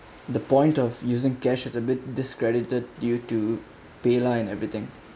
the point of using cash is a bit discredited due to pay line everything